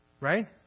right